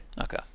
okay